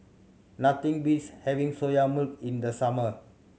nothing beats having Soya Milk in the summer